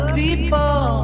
people